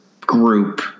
group